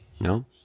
no